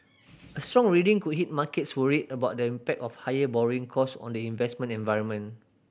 a strong reading could hit markets worried about the impact of higher borrowing cost on the investment environment